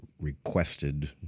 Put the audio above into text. requested